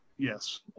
Yes